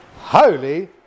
Holy